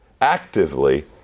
actively